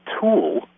tool